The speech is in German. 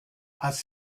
als